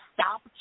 stop